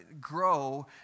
grow